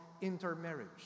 intermarriage